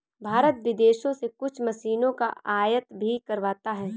भारत विदेशों से कुछ मशीनों का आयात भी करवाता हैं